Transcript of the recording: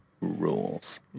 rules